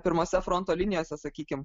pirmose fronto linijose sakykim